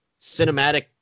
cinematic